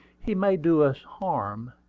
he may do us harm,